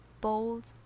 bold